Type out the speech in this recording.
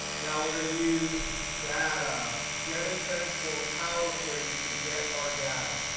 now we're going to use data. get and transform power query to get our data.